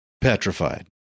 petrified